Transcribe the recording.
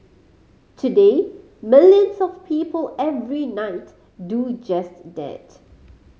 today millions of people every night do just that